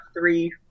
three